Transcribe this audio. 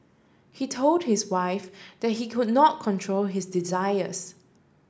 he told his wife that he could not control his desires